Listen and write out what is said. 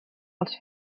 pels